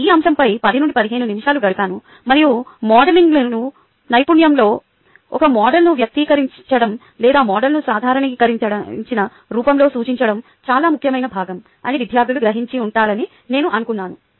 నేను ఈ అంశంపై 10 నుండి 15 నిమిషాలు గడిపాను మరియు మోడలింగ్ నైపుణ్యంలో ఒక మోడల్ను వ్యక్తీకరించడం లేదా మోడల్ను సాధారణీకరించిన రూపంలో సూచించడం చాలా ముఖ్యమైన భాగం అని విద్యార్థులు గ్రహించి ఉంటారని నేను అనుకున్నాను